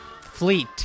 Fleet